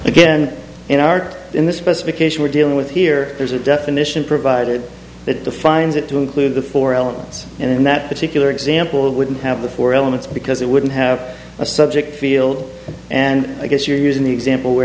again in art in the specification we're dealing with here there's a definition provided that defines it to include the four elements in that particular example it wouldn't have the four elements because it wouldn't have a subject field and i guess you're using the example where